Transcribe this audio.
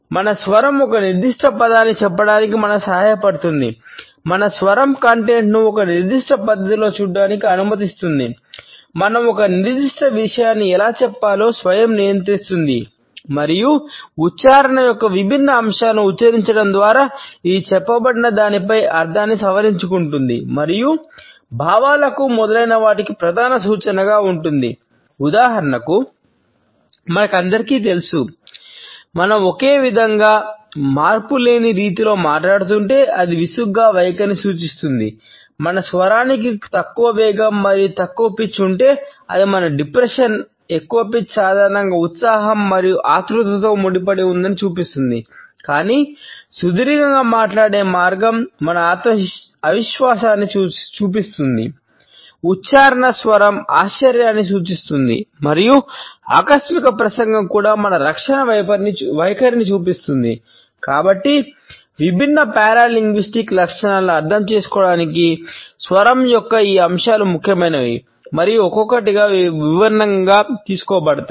మన స్వరం ఒక నిర్దిష్ట పదాన్ని చెప్పడానికి మనకు సహాయపడుతుంది మన స్వరం కంటెంట్ను లక్షణాలను అర్థం చేసుకోవడానికి స్వరం యొక్క ఈ అంశాలు ముఖ్యమైనవి మరియు ఒక్కొక్కటిగా వివరంగా తీసుకోబడతాయి